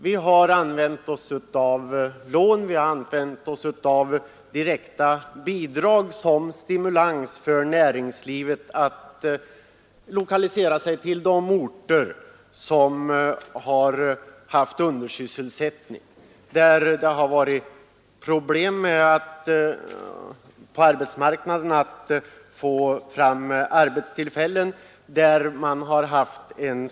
Vi har använt oss av lån och direkta bidrag som stimulans för näringslivet att lokalisera sig till de orter som har haft undersysselsättning, dvs. områden där det har varit problem med att skapa arbetstillfällen på arbetsmarknaden.